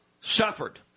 suffered